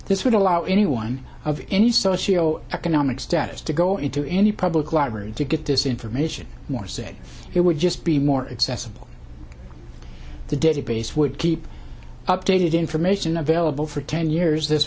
this would allow anyone of any socio economic status to go into any public library to get this information more say it would just be more accessible to the database would keep updated information available for ten years this